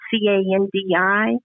C-A-N-D-I